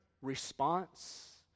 response